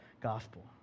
gospel